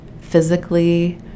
physically